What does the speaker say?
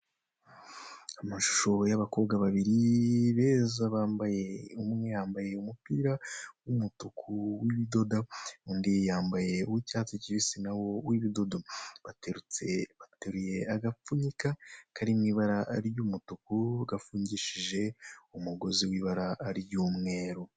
Amashusho y'abakobwa babiri beza bambaye imyambaro, umupira w'umutuku w'ibidodo undi yambaye uw'icyatsi kibisi na wo w'ibidodo, bateruye agapfunyika kari mu ibara ry'umutuku gafungishije umugozi w'ibara ry'umweru.